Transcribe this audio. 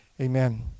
Amen